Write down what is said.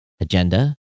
agenda